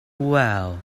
wow